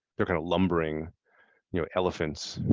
they're kind of lumbering you know elephants,